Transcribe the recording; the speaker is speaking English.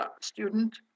student